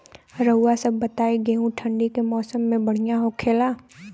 रउआ सभ बताई गेहूँ ठंडी के मौसम में बढ़ियां होखेला?